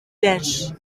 benshi